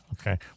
Okay